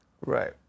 Right